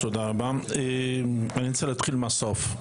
אני רוצה להתחיל מהסוף,